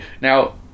now